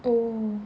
oh